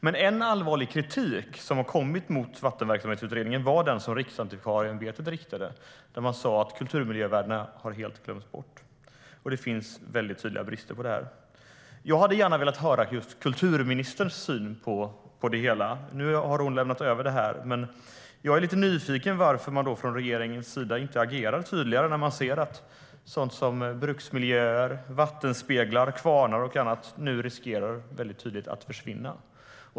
Men en allvarlig kritik mot Vattenverksamhetsutredningen var den som Riksantikvarieämbetet riktade, där man sa att kulturmiljövärdena helt har glömts bort. Det finns tydliga brister på det området. Jag hade gärna velat höra just kulturministerns syn på det hela. Nu har hon lämnat över det till klimat och miljöministern. Jag är lite nyfiken på varför regeringen inte agerar tydligare när man ser att sådant som bruksmiljöer, vattenspeglar, kvarnar och annat tydligt riskerar att försvinna.